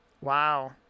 Wow